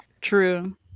True